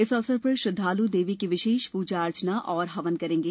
इस अवसर पर श्रद्धालु देवी की विशेष पूजा अर्चना और हवन करेंगे